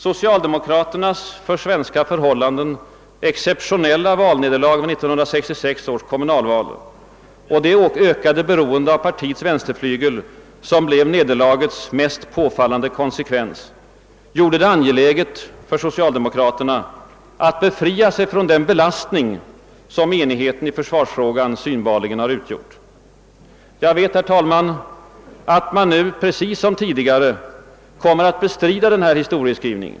Socialdemokraternas för svenska förhållanden exceptionella valnederlag vid 1966 års kommunalval och det ökade beroende av partiets vänsterflygel, som blev nederlagets mest påfallande konsekvens, gjorde det angeläget för socialdemokraterna att befria sig från den belastning som enigheten i försvarsfrågan synbarligen har utgjort. Jag vet, herr talman, att man nu, precis som tidigare, kommer att bestrida denna historieskrivning.